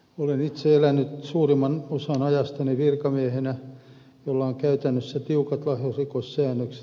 olen itse elänyt suurimman osan ajastani virkamiehenä jolla on käytännössä tiukat lahjusrikossäännökset